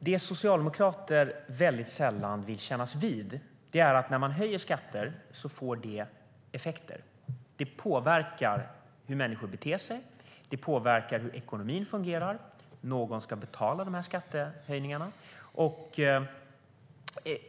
Det socialdemokrater sällan vill kännas vid är att när man höjer skatter får det effekter. Det påverkar hur människor beter sig. Det påverkar hur ekonomin fungerar. Någon ska betala skattehöjningarna.